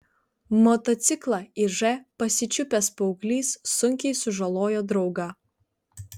motociklą iž pasičiupęs paauglys sunkiai sužalojo draugą